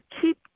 keep